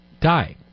dying